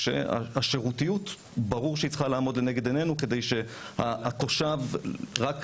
כשהשירותיות עומדת לנגד עינינו כדי שלתושב יהיה